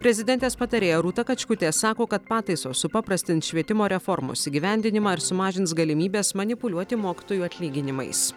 prezidentės patarėja rūta kačkutė sako kad pataisos supaprastins švietimo reformos įgyvendinimą ir sumažins galimybes manipuliuoti mokytojų atlyginimais